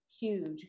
huge